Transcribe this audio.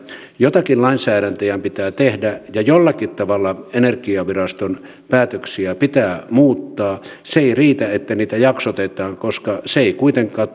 jotakin lainsäätäjän pitää tehdä ja jollakin tavalla energiaviraston päätöksiä pitää muuttaa se ei riitä että niitä jaksotetaan koska se ei kuitenkaan